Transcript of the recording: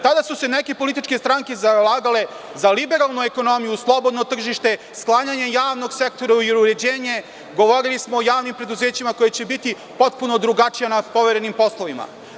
Tada su se neke političke stranke zalagale za liberalnu ekonomiju, slobodno tržište, sklanjanje javnog sektora i uređenje, govorili smo o javnim preduzećima koja će biti potpuno drugačija nad poverenim poslovima.